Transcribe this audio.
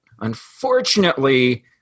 Unfortunately